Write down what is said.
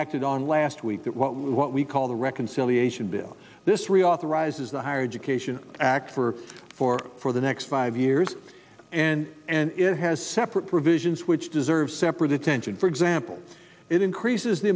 acted on last week that what we what we call the reconciliation bill this reauthorize is the higher education act for for for the next five years and it has separate provisions which deserves separate attention for example it increases the